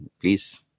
please